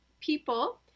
people